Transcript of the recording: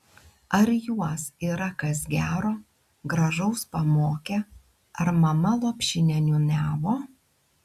ar juos yra kas gero gražaus pamokę ar mama lopšinę niūniavo